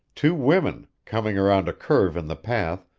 two women, coming around a curve in the path,